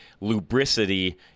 lubricity